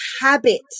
habit